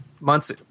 Months